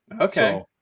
okay